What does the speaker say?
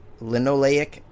linoleic